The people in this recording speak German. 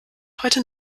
heute